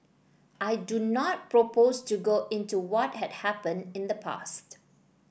I do not propose to go into what had happened in the past